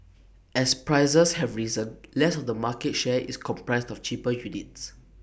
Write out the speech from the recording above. as prices have risen less of the market share is comprised of cheaper units